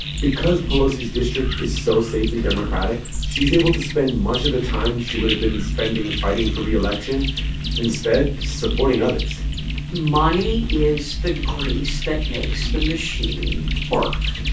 because pelosi's district is so safely safely democratic, she is able to spend much of the time she would have been spending fighting for re-election instead supporting others money is the grease that makes the machine work.